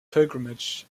pilgrimage